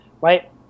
right